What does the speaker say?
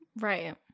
right